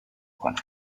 کنند